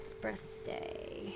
birthday